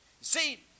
see